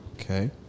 Okay